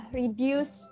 reduce